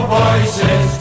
voices